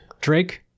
drake